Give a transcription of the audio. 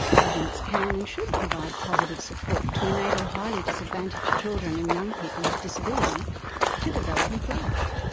governments can and should provide positive support to enable highly disadvantaged children and young people with disability to develop and flourish.